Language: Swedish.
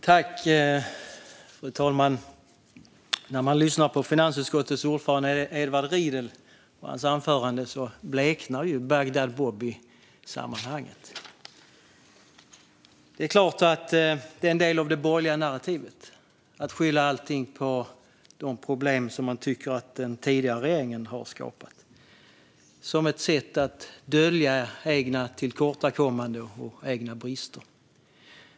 Fru talman! När man lyssnar på finansutskottets ordförande Edward Riedls anförande bleknar Bagdad-Bob i sammanhanget. Det är klart att det är en del av det borgerliga narrativet att skylla allting på de problem som man tycker att den tidigare regeringen har skapat. Det är ett sätt att dölja egna tillkortakommanden och egna brister.